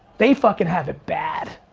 they fucking have it bad.